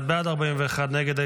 31 בעד, 41 נגד.